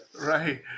right